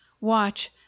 watch